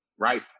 Right